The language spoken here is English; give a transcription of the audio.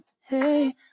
Hey